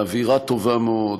באווירה טובה מאוד.